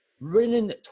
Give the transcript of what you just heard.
written